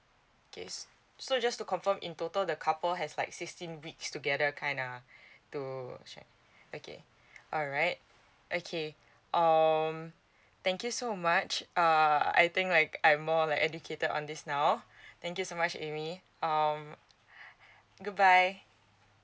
okay so just to confirm in total the couple has like sixteen weeks together kind uh to check okay alright okay um thank you so much uh I think like I'm more like educated on this now thank you so much ammy um good bye